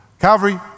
Calvary